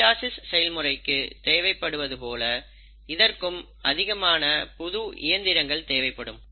mitosis செயல்முறைக்கு தேவைப்படுவது போல் இதற்கு அதிகமான புது இயந்திரங்கள் தேவைப்படும்